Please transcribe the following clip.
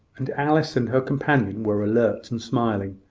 and alice and her companion were alert and smiling.